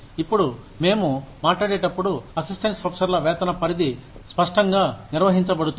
ఇప్పుడు మేము మాట్లాడేటప్పుడు అసిస్టెంట్ ప్రొఫెసర్ల వేతన పరిధి స్పష్టంగా నిర్వహించబడుతుంది